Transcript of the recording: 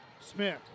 Smith